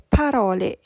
parole